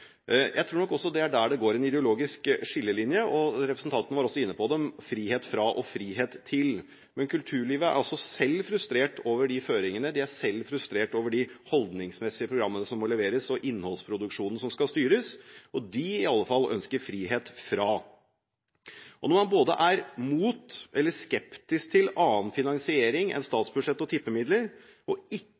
Jeg tror nok også det er der det går en ideologisk skillelinje, og representanten var også inne på det – frihet fra og frihet til. Men kulturlivet er selv frustrert over de føringene, de er selv frustrert over de holdningsmessige programmene som må leveres, og innholdsproduksjonen som skal styres, og de iallfall ønsker «frihet fra». Når man er mot eller skeptisk til annen finansiering enn statsbudsjettet og tippemidler og